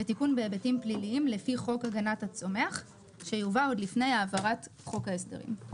בהיבטים פליליים לפי חוק הגנת הצומח שיובא עוד לפני העברת חוק ההסדרים.